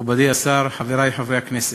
מכובדי השר, חברי חברי הכנסת,